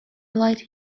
light